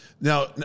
now